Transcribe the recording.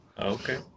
Okay